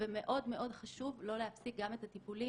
ומאוד חשוב לא להפסיק גם את הטיפולים